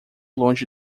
longe